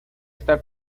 estar